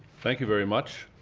thank you very much.